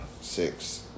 six